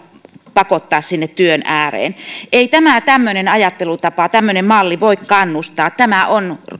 pakottaa sinne työn ääreen ei tämä tämmöinen ajattelutapa tämmöinen malli voi kannustaa